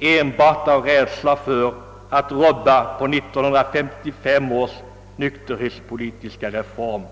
enbart av rädsla för att rubba på 1955 års nykterhetspolitiska reform.